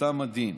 אותם הדין.